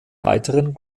weiteren